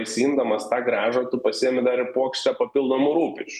išsiimdamas tą grąžą tu pasiemi dar ir puokštę papildomų rūpesčių